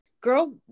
girl